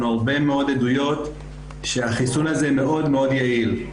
הרבה מאוד עדויות שהחיסון הזה מאוד מאוד יעיל.